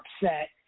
upset